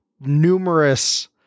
numerous